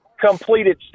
completed